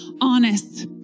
honest